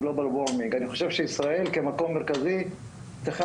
התעשייה, והתעשייה צריכה